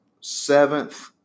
Seventh